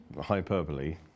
hyperbole